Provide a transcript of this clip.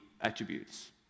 attributes